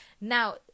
Now